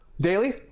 daily